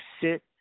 sit